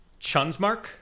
chunsmark